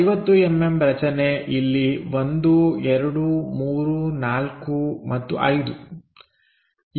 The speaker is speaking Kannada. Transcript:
50mm ರಚನೆ ಇಲ್ಲಿ 1 2 3 4 ಮತ್ತು 5